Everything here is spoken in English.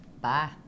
Bye